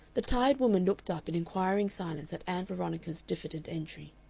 the tired woman looked up in inquiring silence at ann veronica's diffident entry.